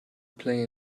play